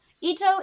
Ito